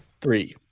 Three